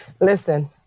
Listen